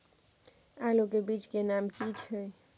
आलू के बीज के नाम की छै?